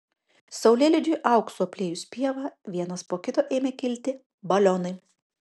saulėlydžiui auksu apliejus pievą vienas po kito ėmė kilti balionai